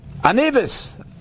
Anivis